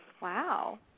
Wow